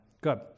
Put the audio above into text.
Good